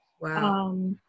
Wow